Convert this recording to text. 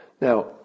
Now